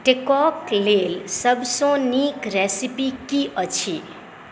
टैकोके लेल सभसँ नीक रेसिपी की अछि